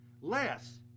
less